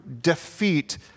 defeat